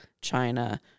China